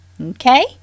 okay